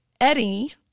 Eddie